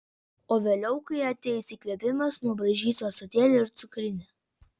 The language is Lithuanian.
o vėliau kai ateis įkvėpimas nubraižysiu ąsotėlį ir cukrinę